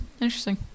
interesting